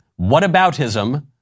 whataboutism